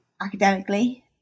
academically